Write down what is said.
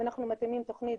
אם אנחנו מתאימים תוכנית,